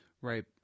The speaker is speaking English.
right